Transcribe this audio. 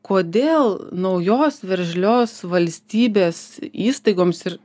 kodėl naujos veržlios valstybės įstaigoms ir